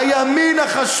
מה אתה יודע?